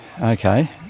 okay